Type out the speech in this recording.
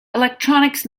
electronics